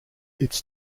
its